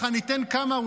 אני אתן כמה,